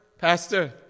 Pastor